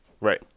Right